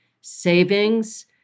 savings